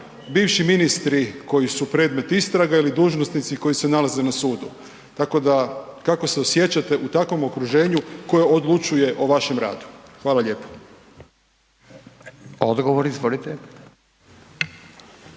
bivši ministri koji su predmet istrage ili dužnosnici koji se nalaze na sudu? Tako da, kako se osjećate u takvom okruženju koje odlučuje o vašem radu? Hvala lijepo. **Radin, Furio